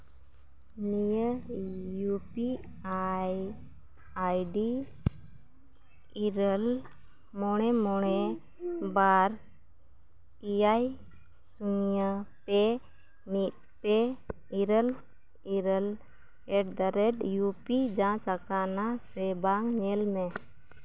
ᱱᱤᱭᱟᱹ U P I I D ᱤᱨᱟᱹᱞ ᱢᱚᱬᱮ ᱢᱚᱬᱮ ᱵᱟᱨ ᱮᱭᱟᱭ ᱥᱩᱱᱱᱚ ᱯᱮ ᱢᱤᱫ ᱯᱮ ᱤᱨᱟᱹᱞ ᱤᱨᱟᱹᱞ ᱮᱴᱫᱟᱼᱨᱮᱹᱴ ᱤᱭᱩ ᱯᱤ ᱡᱟᱡᱽ ᱟᱠᱟᱱᱟ ᱥᱮ ᱵᱟᱝ ᱧᱮᱞ ᱢᱮ